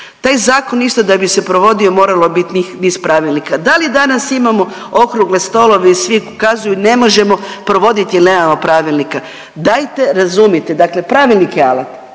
Taj zakon isto da bi se providio moralo biti niz pravilnika. Da li danas imamo okrugle stolove i svi ukazuju ne možemo provoditi jer nemamo pravilnika? Dajte razumite, dakle pravilnik je alat